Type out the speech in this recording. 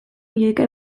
milioika